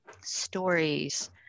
stories